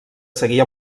seguir